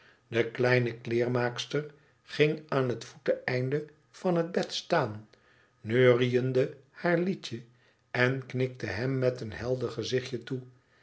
de kleine kleermaakster ging aan het voeteneinde van het bed staan neuriede haar liedje en knikte hem met een helder gezichtje toe